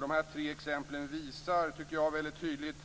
De här tre exemplen visar väldigt tydligt